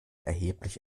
erheblich